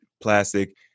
plastic